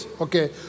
okay